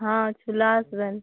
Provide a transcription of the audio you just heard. হ্যাঁ চলে আসবেন